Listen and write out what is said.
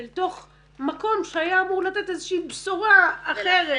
אל תוך מקום שהיה אמור לתת איזושהי בשורה אחרת.